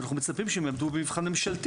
אנחנו מצפים שהם יעמדו במבחן ממשלתי